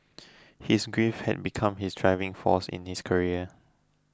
his grief had become his driving force in his career